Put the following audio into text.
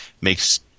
makes